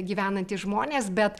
gyvenantys žmonės bet